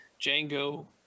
Django